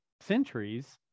centuries